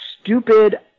stupid